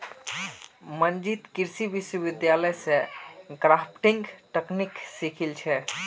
मंजीत कृषि विश्वविद्यालय स ग्राफ्टिंग तकनीकक सीखिल छ